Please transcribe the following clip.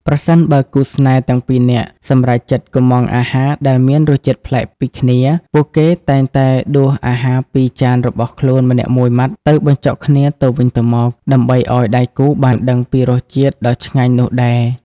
ប្រសិនបើគូស្នេហ៍ទាំងពីរនាក់សម្រេចចិត្តកុម្ម៉ង់អាហារដែលមានរសជាតិប្លែកពីគ្នា ពួកគេតែងតែដួសអាហារពីចានរបស់ខ្លួនម្នាក់មួយម៉ាត់ទៅបញ្ចុកគ្នាទៅវិញទៅមក ដើម្បីឱ្យដៃគូបានដឹងពីរសជាតិដ៏ឆ្ងាញ់នោះដែរ។